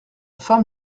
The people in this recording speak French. femme